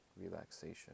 relaxation